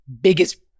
biggest